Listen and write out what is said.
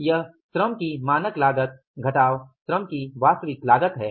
यह श्रम की मानक लागत घटाव श्रम की वास्तविक लागत है